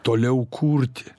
toliau kurti